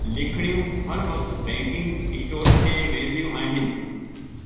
लिखिणियूं हर वक़्ति baking store ते वेंदियूं आहिनि